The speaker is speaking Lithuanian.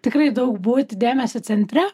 tikrai daug būti dėmesio centre